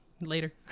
Later